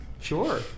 sure